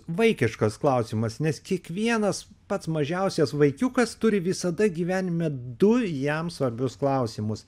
vaikiškas klausimas nes kiekvienas pats mažiausias vaikiukas turi visada gyvenime du jam svarbius klausimus